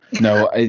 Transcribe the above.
No